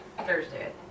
Thursday